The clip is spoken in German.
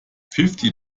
fifty